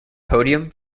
podium